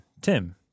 tim